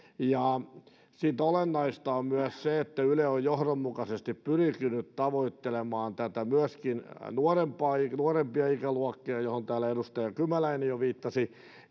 sitten olennaista on myös se että yle on johdonmukaisesti pyrkinyt tavoittelemaan myöskin nuorempia ikäluokkia mihin täällä edustaja kymäläinen jo viittasi